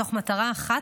מתוך מטרה אחת: